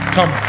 Come